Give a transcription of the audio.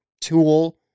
tool